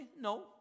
No